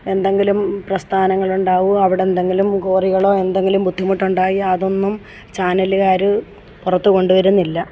എന്തെങ്കിലും പ്രസ്ഥാനങ്ങളുണ്ടാകും അവിടെ എന്തെങ്കിലും കോറികളോ അവിടെ എന്തെങ്കിലും ബുദ്ധിമുട്ടുണ്ടായി അതൊന്നും ചാനലുകാർ പുറത്തു കൊണ്ടുവരുന്നില്ല